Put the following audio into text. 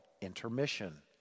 intermission